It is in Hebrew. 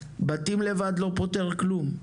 בתים לבד לא פותר כלום.